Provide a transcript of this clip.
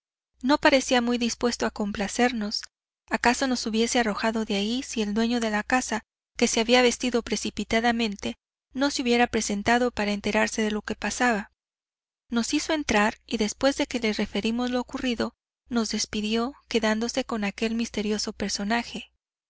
no parecía muy dispuesto a complacernos acaso nos hubiese arrojado de allí si el dueño de la casa que se había vestido precipitadamente no se hubiera presentado para enterarse de lo que pasaba nos hizo entrar y después que le referimos lo ocurrido nos despidió quedándose con aquel misterioso personaje